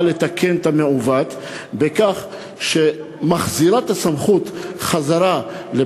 לתקן לקונה בחוק שאומרת היום שכאשר יש ויכוח בין שני הורים,